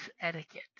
etiquette